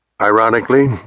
Ironically